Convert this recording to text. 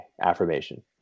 affirmation